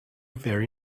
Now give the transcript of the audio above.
very